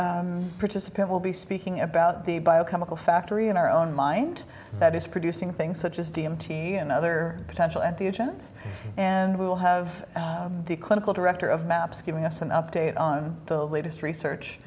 participant will be speaking about the bio chemical factory in our own mind that is producing things such as d m t and other potential and the agents and we will have the clinical director of maps giving us an update on the latest research